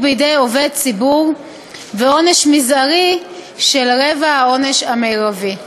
בידי עובד ציבור ועונש מזערי של רבע העונש המרבי.